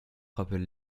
rappelle